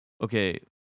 okay